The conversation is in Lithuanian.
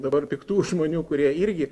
dabar piktų žmonių kurie irgi